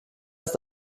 ist